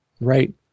right